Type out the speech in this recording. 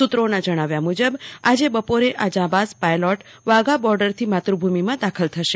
સુત્રોના જણાવ્યા અનુસાર આજે બપોરે આ જાબાંઝ પાયલટ વાઘા બોર્ડરથી માતૃભૂમિમાં દાખલ થશે